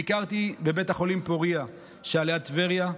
ביקרתי בבית החולים פוריה שליד טבריה.